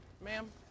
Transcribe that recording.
Ma'am